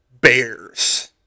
bears